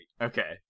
Okay